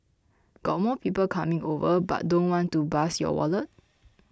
got more people coming over but don't want to bust your wallet